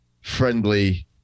friendly